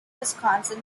wisconsin